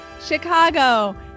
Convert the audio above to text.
chicago